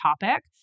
topic